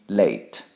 late